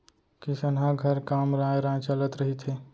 किसनहा घर काम राँय राँय चलत रहिथे